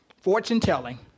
fortune-telling